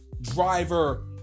Driver